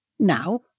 Now